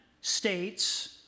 states